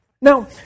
Now